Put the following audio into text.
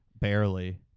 Barely